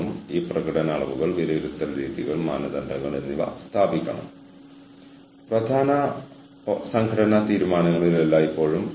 അതിനാൽ വിരോധാഭാസങ്ങൾ രണ്ടാണ് വളരെ വിരുദ്ധമായ വളരെ പ്രസക്തമായ വീക്ഷണങ്ങൾ ഒരേ സമയം നിലനിൽക്കുന്നതും പ്രശ്നത്തെ രണ്ട് വ്യത്യസ്ത ദിശകളിലേക്ക് വലിക്കുന്നതുമാണ്